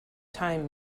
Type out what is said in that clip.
time